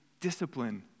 discipline